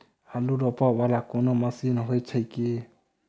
आलु रोपा वला कोनो मशीन हो छैय की?